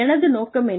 எனது நோக்கம் என்ன